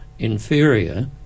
inferior